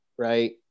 Right